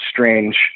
strange